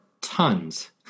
tons